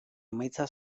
emaitza